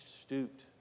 stooped